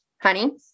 honey